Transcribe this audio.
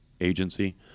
Agency